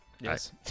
Yes